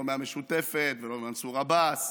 לא מהמשותפת ולא ממנסור עבאס